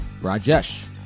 Rajesh